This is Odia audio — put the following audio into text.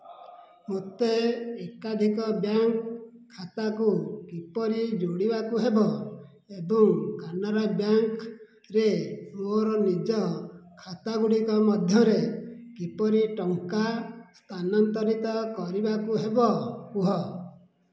ମୋତେ ଏକାଧିକ ବ୍ୟାଙ୍କ ଖାତାକୁ କିପରି ଯୋଡ଼ିବାକୁ ହେବ ଏବଂ କାନାରା ବ୍ୟାଙ୍କରେ ମୋର ନିଜ ଖାତାଗୁଡ଼ିକ ମଧ୍ୟରେ କିପରି ଟଙ୍କା ସ୍ତାନାନ୍ତରିତ କରିବାକୁ ହେବ କୁହ